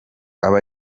aba